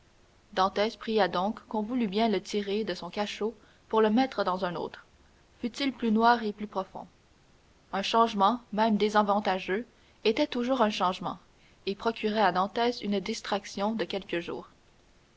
dantès pria donc qu'on voulût bien le tirer de son cachot pour le mettre dans un autre fût-il plus noir et plus profond un changement même désavantageux était toujours un changement et procurerait à dantès une distraction de quelques jours